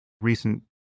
recent